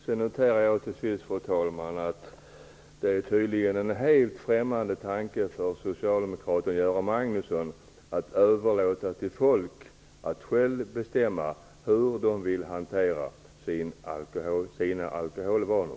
Till sist noterar jag, fru talman, att det tydligen är en helt främmande tanke för socialdemokraten Göran Magnusson att överlåta till människor att själva bestämma hur de vill hantera sina alkoholvanor.